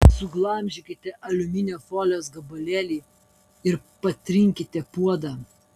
suglamžykite aliuminio folijos gabalėlį ir patrinkite puodą